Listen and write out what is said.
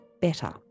better